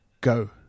go